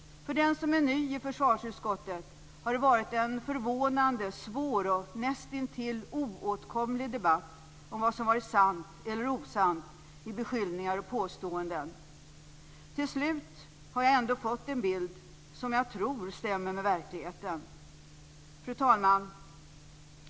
För den som är ny i försvarsutskottet har det varit en förvånande, svår och näst intill oåtkomlig debatt om vad som varit sant eller osant i beskyllningar och påståenden. Till slut har jag ändå fått en bild som jag tror stämmer med verkligheten. Fru talman!